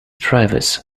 travis